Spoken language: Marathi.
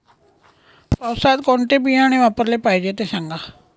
पावसाळ्यात कोणते बियाणे वापरले पाहिजे ते सांगा